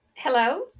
Hello